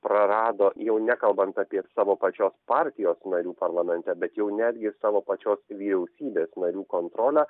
prarado jau nekalbant apie savo pačios partijos narių parlamente bet jau netgi savo pačios vyriausybės narių kontrolę